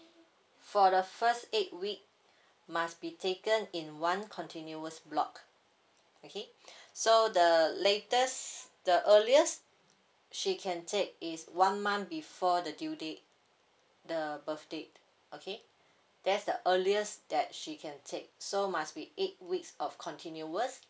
for the first eight week must be taken in one continuous block okay so the the latest the earliest she can take is one month before the due date the birth date okay that's the earliest that she can take so must be eight weeks of continuous